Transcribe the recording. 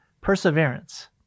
perseverance